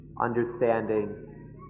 understanding